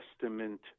Testament